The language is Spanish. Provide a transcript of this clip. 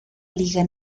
liga